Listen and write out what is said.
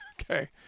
Okay